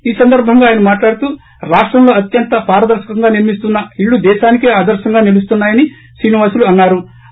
ఈ సందర్బంగా ఆయన మాట్లాడుతూ రాష్టంలో అత్యంత పారదర్రకంగా నిర్మిస్తున్న ఇళ్ళు దేశానికే ఆదర్రంగా నిలుస్తున్న యని శ్రీనివాసులు అన్నా రు